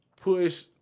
push